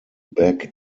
back